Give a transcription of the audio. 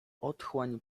otchłań